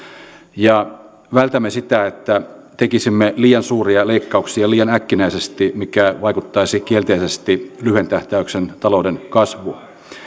ja vältämme sitä että tekisimme liian suuria leikkauksia liian äkkinäisesti mikä vaikuttaisi kielteisesti lyhyen tähtäyksen talouden kasvuun